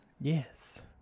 Yes